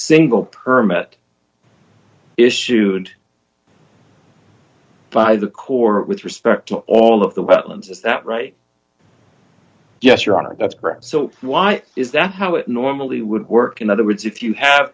single permit issued by the court with respect to all of the wetlands is that right yes your honor that's correct so why is that how it normally would work in other words if you have